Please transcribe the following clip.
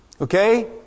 Okay